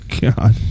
God